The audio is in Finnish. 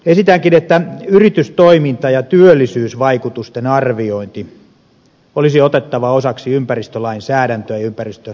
esitänkin että yritystoiminta ja työllisyysvaikutusten arviointi olisi otettava osaksi ympäristölainsäädäntöä ja ympäristölakien tulkintaa